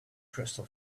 crystal